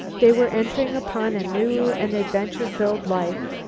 they were entering upon a new and adventure-filled life.